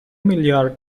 میلیارد